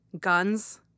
guns